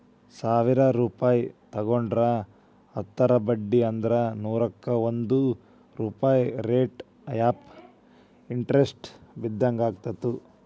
ಸಾವಿರ್ ರೂಪಾಯಿ ತೊಗೊಂಡಿದ್ರ ಹತ್ತರ ಬಡ್ಡಿ ಅಂದ್ರ ನೂರುಕ್ಕಾ ಒಂದ್ ರೂಪಾಯ್ ರೇಟ್ ಆಫ್ ಇಂಟರೆಸ್ಟ್ ಬಿದ್ದಂಗಾಯತು